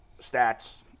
stats